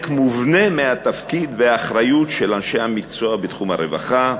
מובנה מהתפקיד והאחריות של אנשי המקצוע בתחום הרווחה,